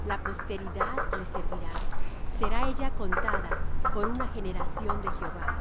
la posteridad le servirá será ella contada por una generación de jehová